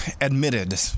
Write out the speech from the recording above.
admitted